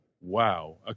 wow